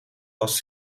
was